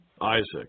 Isaac